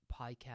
podcast